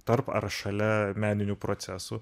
tarp ar šalia meninių procesų